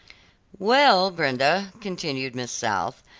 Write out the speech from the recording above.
well, brenda, continued miss south,